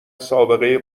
سابقه